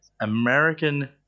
American